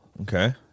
Okay